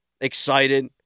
excited